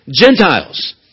Gentiles